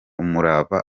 umurava